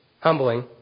humbling